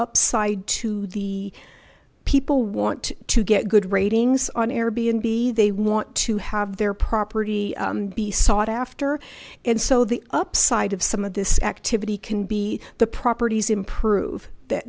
upside to the people want to get good ratings on airbnb they want to have their property be sought after and so the upside of some of this activity can be the properties improve